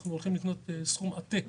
אנחנו הולכים לקנות בסכום עתק